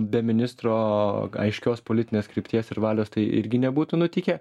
be ministro aiškios politinės krypties ir valios tai irgi nebūtų nutikę